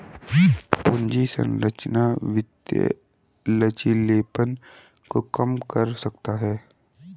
पूंजी संरचना वित्तीय लचीलेपन को कम कर सकता है